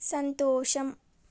సంతోషం